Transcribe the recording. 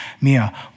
Mia